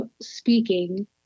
speaking